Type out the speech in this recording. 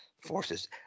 forces